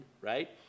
right